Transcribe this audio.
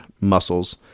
muscles